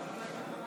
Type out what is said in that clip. ניר ברקת,